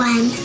One